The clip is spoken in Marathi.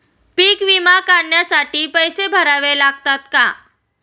पीक विमा काढण्यासाठी पैसे भरावे लागतात का?